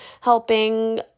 helping